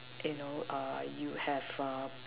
you know err you have err